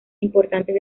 importantes